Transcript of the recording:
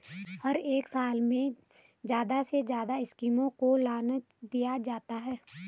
हर एक साल में ज्यादा से ज्यादा स्कीमों को लान्च किया जाता है